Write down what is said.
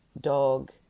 dog